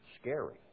scary